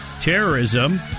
terrorism